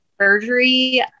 surgery